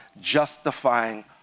justifying